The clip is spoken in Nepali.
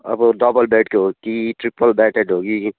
अब डबल बेडको हो कि ट्रिपल बेडेड हो कि